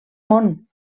món